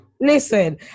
Listen